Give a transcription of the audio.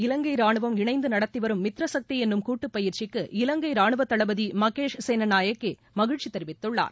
இலங்கைராணுவம் இணைந்துநடத்திவரும் மித்ரசக்திஎன்னும் கூட்டுபயிற்சிக்கு இந்தியா இலங்கைராணுவதளபதிமகேஷ் சேனநாயகேமகிழ்ச்சிதெரிவித்துள்ளார்